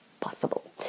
possible